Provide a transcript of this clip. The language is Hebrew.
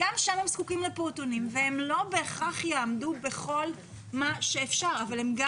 גם שם הם זקוקים לפעוטונים והם לא בהכרח יעמדו בכל מה שאפשר אבל הם גם